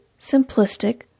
simplistic